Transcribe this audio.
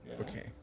okay